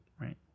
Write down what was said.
Right